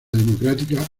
democrática